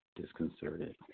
disconcerted